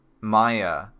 Maya